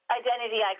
identity